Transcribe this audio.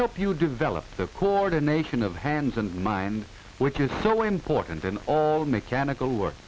help you develop the coronation of hands and mind which is so important in all mechanical work